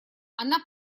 она